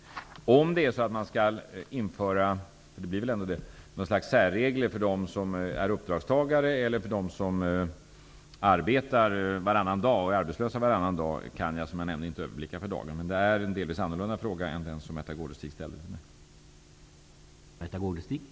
Om man skall införa några slags särregler -- för det blir väl ändå det -- för dem som är uppdragstagare eller för dem som arbetar varannan dag och är arbetslösa varannan dag, kan jag inte överblicka för dagen. Det är en delvis annorlunda fråga än den som Märtha Gårdestig ställde till mig.